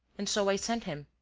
and so i sent him.